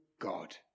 God